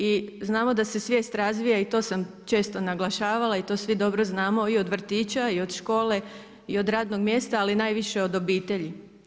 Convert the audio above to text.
I znamo da se svijest razvija i to sam često naglašavala i to svi dobro znamo i od vrtića i od škole i od radnog mjesta, ali najviše od obitelji.